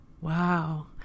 Wow